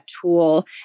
tool